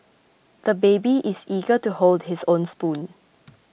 the baby is eager to hold his own spoon